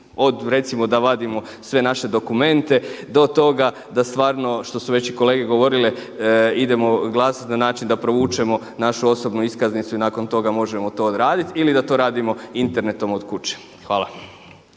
od recimo da vadimo sve naše dokumente, do toga da stvarno što su već i kolege govorile idemo glasat na način da provučemo našu osobnu iskaznicu i nakon toga možemo to odradit ili da to radimo internetom od kuće. Hvala.